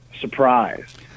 surprised